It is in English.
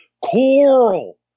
Coral